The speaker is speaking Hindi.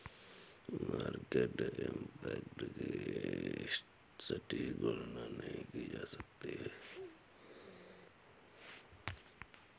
मार्केट इम्पैक्ट की सटीक गणना नहीं की जा सकती